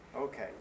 Okay